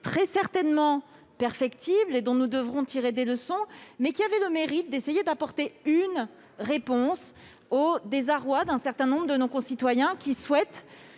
est certainement perfectible, et nous devrons en tirer des leçons, mais elle a eu le mérite d'essayer de répondre au désarroi d'un certain nombre de nos concitoyens qui souhaitent